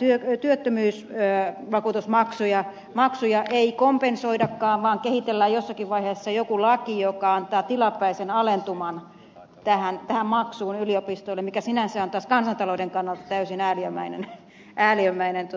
meille kerrotaan että työttömyysvakuutusmaksuja ei kompensoidakaan vaan kehitellään jossakin vaiheessa joku laki joka antaa tilapäisen alentuman tähän maksuun yliopistoille mikä sinänsä on taas kansantalouden kannalta täysin ääliömäinen